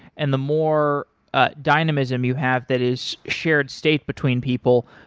and the more ah dynamism you have that is shared state between people,